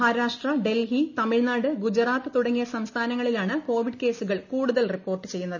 മഹാരാഷ്ട്ര ഡൽഹി തമിഴ്നാട് ഗുജറാത്ത് തുടങ്ങിയ സംസ്ഥാനങ്ങളിലാണ് കോവിഡ് കേസുകൾ കൂടുതൽ റിപ്പോർട്ട് ചെയ്യുന്നത്